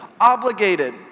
obligated